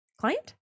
client